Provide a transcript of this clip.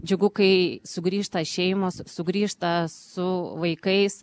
džiugu kai sugrįžta šeimos sugrįžta su vaikais